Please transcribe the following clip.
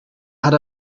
had